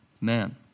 man